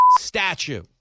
statue